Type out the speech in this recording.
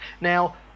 Now